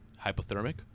hypothermic